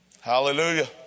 Hallelujah